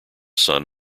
son